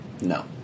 No